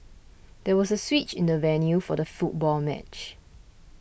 there was a switch in the venue for the football match